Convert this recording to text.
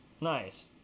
Nice